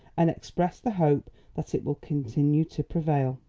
and express the hope that it will continue to prevail.